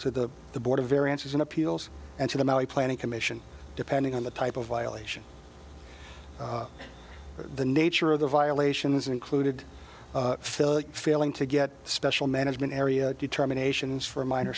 to the board of variances in appeals and to the maui planning commission depending on the type of violation the nature of the violations included phil failing to get special management area determinations for minor